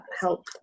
help